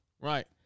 Right